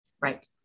right